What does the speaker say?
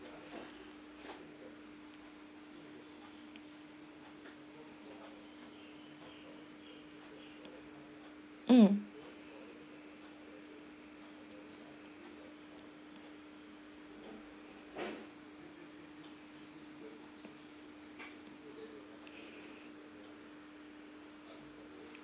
mm